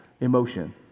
emotion